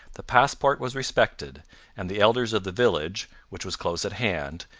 the passport was respected and the elders of the village, which was close at hand,